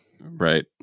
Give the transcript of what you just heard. Right